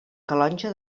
calonge